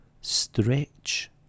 stretch